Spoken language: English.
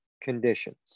conditions